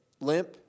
limp